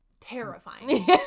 terrifying